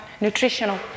nutritional